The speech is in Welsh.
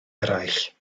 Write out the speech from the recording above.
eraill